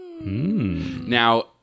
Now